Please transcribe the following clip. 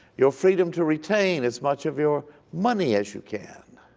your freedom to retain as much of your money as you can.